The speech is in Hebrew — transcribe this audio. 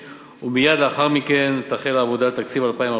ומייד לאחר מכן תחל העבודה על תקציב 2014,